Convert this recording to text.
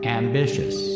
ambitious